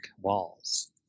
walls